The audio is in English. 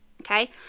okay